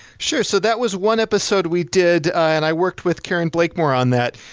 sure. so that was one episode we did, and i worked with karen blakemore on that.